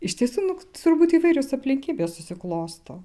iš tiesų nu turbūt įvairios aplinkybės susiklosto